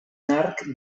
arc